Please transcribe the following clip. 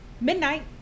midnight